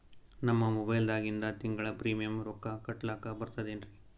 ನಮ್ಮ ಮೊಬೈಲದಾಗಿಂದ ತಿಂಗಳ ಪ್ರೀಮಿಯಂ ರೊಕ್ಕ ಕಟ್ಲಕ್ಕ ಬರ್ತದೇನ್ರಿ?